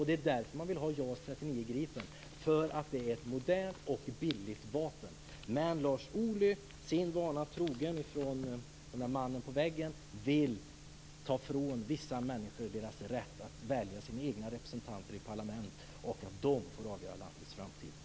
Det är därför man vill ha JAS 39 Gripen; det är ett modernt och billigt vapen. Men Lars Ohly vill, sin vana trogen från mannen på väggen, ta ifrån vissa människor deras rätt att välja sina egna representanter i parlament och att få avgöra landets framtid.